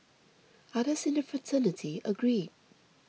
others in the fraternity agreed